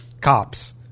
cops